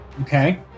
Okay